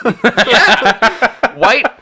White